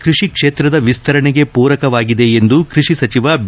ಕೃಷಿ ಕ್ಷೇತ್ರದ ವಿಸ್ತರಣೆಗೆ ಪೂರಕವಾಗಿದೆ ಎಂದು ಕೃಷಿ ಸಚಿವ ಬಿ